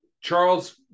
Charles